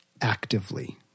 actively